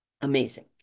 Amazing